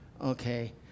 Okay